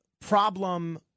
problem